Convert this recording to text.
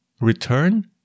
return